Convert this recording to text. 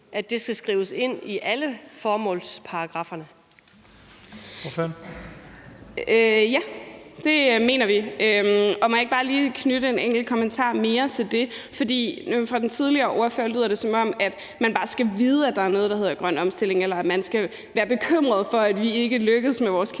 15:07 Astrid Carøe (SF): Ja, det mener vi. Og må jeg ikke bare lige knytte en enkelt kommentar mere til det. For ud fra det, den tidligere ordfører sagde, lyder det, som om man bare skal vide, at der er noget, der hedder grøn omstilling, eller at man skal være bekymret for, at vi ikke lykkes med vores klimamål,